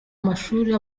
mashuli